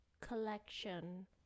collection